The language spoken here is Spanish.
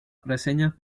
reseñas